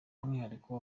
umwihariko